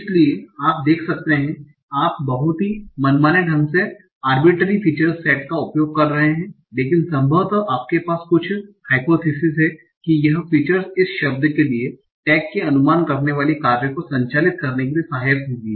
इसलिए आप देख सकते हैं कि आप बहुत ही मनमाने ढंग से आर्बिट्रेरी फीचर्स सेट का उपयोग कर रहे हैं लेकिन संभवतः आपके पास कुछ हाइपोथीसिस है कि यह फीचर्स इस शब्द के लिए टैग के अनुमान करने वाले कार्य को संचालित करने के लिए सहायक होंगी